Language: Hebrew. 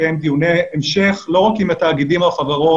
לקיים דיוני המשך לא רק עם התאגידים או החברות